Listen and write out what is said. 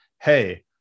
Hey